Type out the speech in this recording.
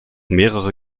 mehrere